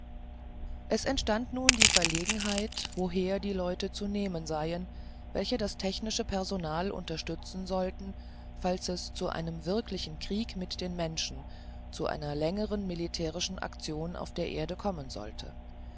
es entstand nun die verlegenheit woher die leute zu nehmen seien welche das technische personal unterstützen sollten falls es zu einem wirklichen krieg mit den menschen zu einer längeren militärischen aktion auf der erde kommen sollte